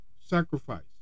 sacrifice